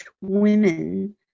women